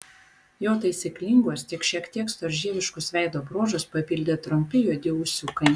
jo taisyklingus tik šiek tiek storžieviškus veido bruožus papildė trumpi juodi ūsiukai